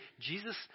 Jesus